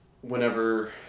whenever